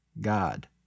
God